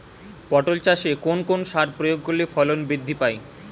পটল চাষে কোন কোন সার প্রয়োগ করলে ফলন বৃদ্ধি পায়?